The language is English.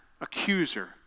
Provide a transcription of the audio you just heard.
accuser